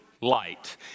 Light